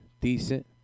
decent